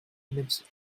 mit